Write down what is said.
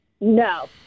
No